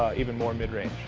even more it range.